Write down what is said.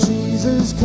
Jesus